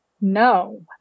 No